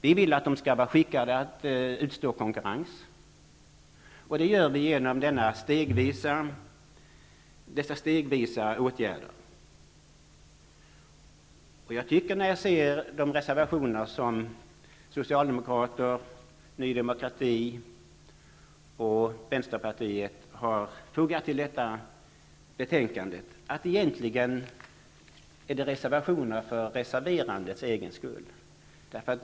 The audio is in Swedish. Vi vill att de skall vara skickade att utstå konkurrens, och det gör vi genom dessa stegvisa åtgärder. När jag ser reservationerna av Socialdemokraterna och Ny demokrati och meningsyttringen av Vänsterpartiet som har fogats till detta betänkande, tycker jag att de egentligen bara gjorts för reserverandets egen skull.